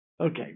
Okay